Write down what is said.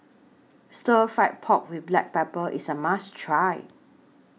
Stir Fry Pork with Black Pepper IS A must Try